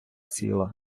ціла